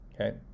Okay